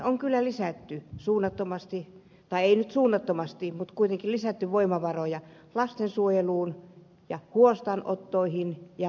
on kyllä lisätty suunnattomasti päin suunnattomasti notkui liki lisätty voimavaroja lastensuojeluun ja huostaanottoihin ja lastensuojeluviranomaisiin